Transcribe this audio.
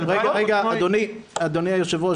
אדוני היו"ר,